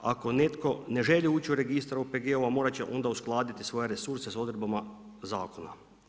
Ako netko ne želi ući u registar OPG-ova morati će onda uskladiti svoje resurse sa odredbama zakona.